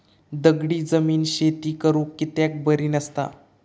दगडी जमीन शेती करुक कित्याक बरी नसता?